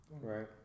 Right